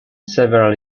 several